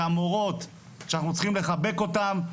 המורות שאנחנו צריכים לחבק אותם,